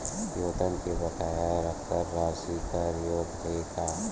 वेतन के बकाया कर राशि कर योग्य हे का?